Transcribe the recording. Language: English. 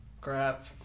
crap